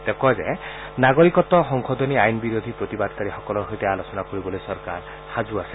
তেওঁ কয় যে নাগৰিকত্ব সংশোধনী আইনবিৰোধী প্ৰতিবাদকাৰীসকলৰ সৈতে আলোচনা কৰিবলৈ চৰকাৰ সাজু আছে